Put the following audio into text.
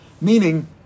meaning